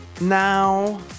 Now